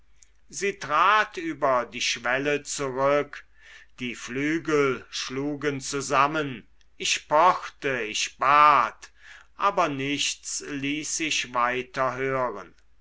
sie trat über die schwelle zurück die flügel schlugen zusammen ich pochte ich bat aber nichts ließ sich weiter hören